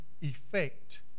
effect